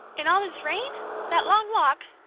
in all this rain that long walk!